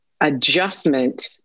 adjustment